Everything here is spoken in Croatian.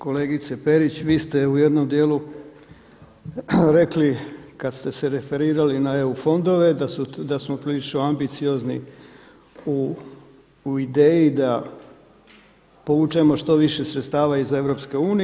Kolegice Perić, vi ste u jednom dijelu rekli kada ste se referirali na EU fondove da smo prilično ambiciozni u ideji da povučemo što više sredstava iz EU.